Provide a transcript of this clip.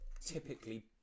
typically